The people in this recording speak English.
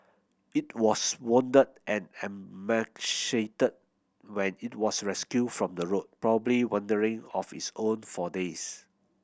it was wounded and emaciated when it was rescued from the road probably wandering of its own for days